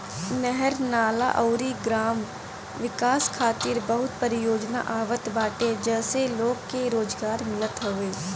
नहर, नाला अउरी ग्राम विकास खातिर बहुते परियोजना आवत बाटे जसे लोगन के रोजगार मिलत हवे